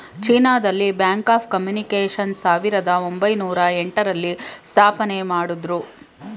China ದಲ್ಲಿ Bank of Communications ಸಾವಿರದ ಒಂಬೈನೊರ ಎಂಟ ರಲ್ಲಿ ಸ್ಥಾಪನೆಮಾಡುದ್ರು